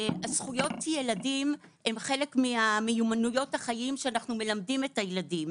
זכויות ילדים הם חלק מיומנויות החיים שאנחנו מלמדים את הילדים.